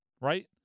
right